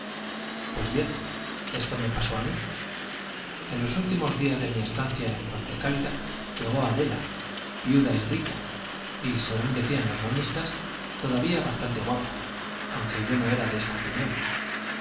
pues bien esto me pasó á mí en los últimos días de mi estancia en fuente cálida llegó adela viuda y rica y según decían los bañistas todavía bastant guapa aunque yo no era de esta opi